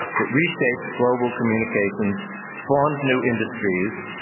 that reshaped global communications, spawned new industries,